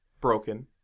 broken